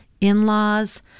in-laws